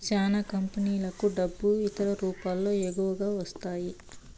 చానా కంపెనీలకు డబ్బు ఇతర రూపాల్లో ఎక్కువగా ఇస్తారు